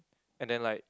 and then like